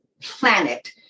planet